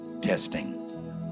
testing